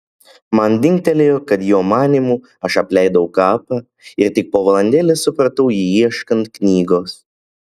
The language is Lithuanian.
man dingtelėjo kad jo manymu aš apleidau kapą ir tik po valandėlės supratau jį ieškant knygos